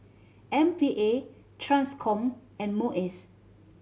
M P A Transcom and MUIS